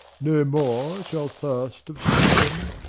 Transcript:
no more shall thirst of satin,